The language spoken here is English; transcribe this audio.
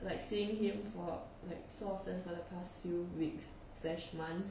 like seeing him for like so often for the past few weeks slash months